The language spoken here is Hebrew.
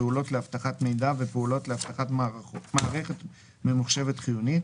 פעולות לאבטחת מידע ופעולות לאבטחת מערכת ממוחשבת חיונית,